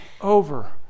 Over